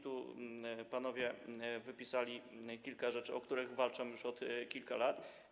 Tu panowie wypisali kilka rzeczy, o które walczą już od kilku lat.